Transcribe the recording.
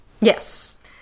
Yes